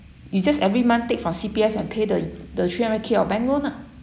you just every month take from C_P_F and pay the the three hundred K of bank loan lah